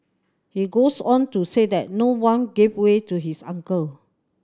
he goes on to say that no one gave way to his uncle